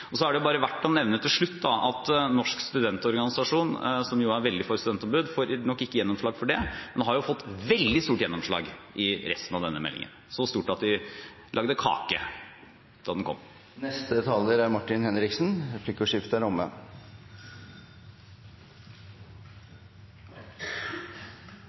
nei. Så er det bare verdt å nevne til slutt at Norsk studentorganisasjon, som er veldig for studentombud, nok ikke får gjennomslag for det, men de har fått veldig stort gjennomslag i resten av denne meldingen – så stort at de lagde kake da den kom. Replikkordskiftet er omme.